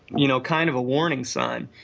you know, kind of a warning sign.